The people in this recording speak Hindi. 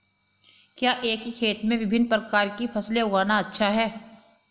क्या एक ही खेत में विभिन्न प्रकार की फसलें उगाना अच्छा है?